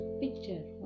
picture